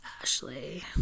Ashley